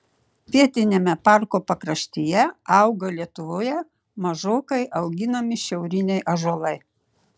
pietiniame parko pakraštyje auga lietuvoje mažokai auginami šiauriniai ąžuolai